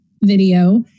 video